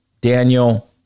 Daniel